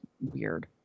weird